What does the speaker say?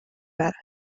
برد